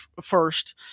first